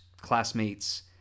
classmates